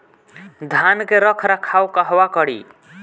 धान के रख रखाव कहवा करी?